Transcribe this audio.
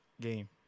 game